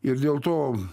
ir dėl to